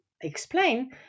explain